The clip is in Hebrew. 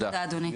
תודה אדוני.